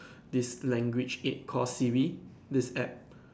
this language aid called Siri this app